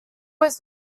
was